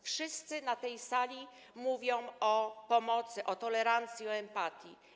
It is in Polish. Wszyscy na tej sali mówią o pomocy, o tolerancji, o empatii.